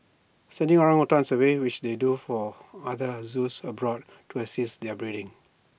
sending orangutans away which they do for other zoos abroad to assist with breeding